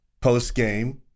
post-game